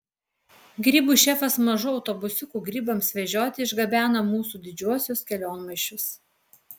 grybų šefas mažu autobusiuku grybams vežioti išgabena mūsų didžiuosius kelionmaišius